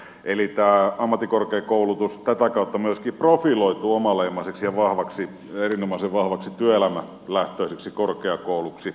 eli ammattikorkeakoulutus tätä kautta myöskin profiloituu omaleimaiseksi ja erinomaisen vahvaksi työelämälähtöiseksi korkeakouluksi